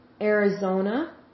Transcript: Arizona